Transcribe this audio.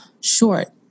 short